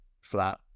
flat